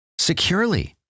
securely